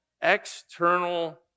external